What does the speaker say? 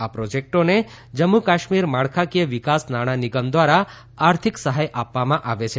આ પ્રોજેકેટોને જમ્મુ કાશ્મીર માળખાકીય વિકાસ નાણાનિગમ દ્વારા આર્થિક સહાય કરવામાં આવે છે